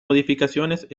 modificaciones